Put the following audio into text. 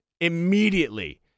immediately